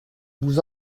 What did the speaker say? vous